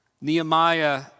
Nehemiah